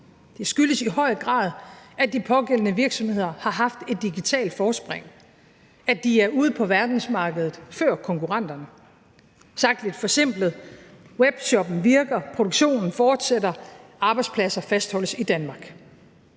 det skyldes i høj grad, at de pågældende virksomheder har haft et digitalt forspring, at de er ude på verdensmarkedet før konkurrenterne. Sagt lidt forsimplet: Webshoppen virker, produktionen fortsætter, arbejdspladser fastholdes i Danmark.